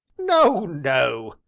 no, no,